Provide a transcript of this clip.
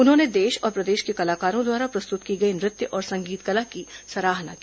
उन्होंने देश और प्रदेश के कलाकारों द्वारा प्रस्तुत की गई नृत्य और संगीत कला की सराहना की